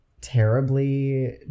terribly